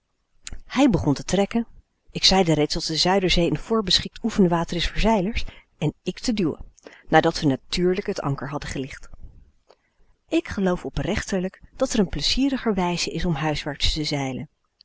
hij begon te trekken ik zeide reeds dat de zuiderzee een voorbeschikt oefenwater is voor zeilers en ik te duwen nadat we natuurlijk het anker hadden gelicht ik geloof oprechtlijk dat er een plezieriger wijze is om huiswaarts te zeilen